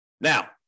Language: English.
Now